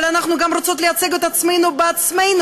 אבל אנחנו גם רוצות לייצג את עצמנו בעצמנו.